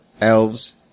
elves